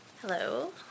Hello